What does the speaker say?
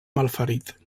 malferit